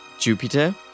Jupiter